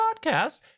podcast